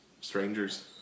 Strangers